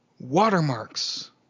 watermarks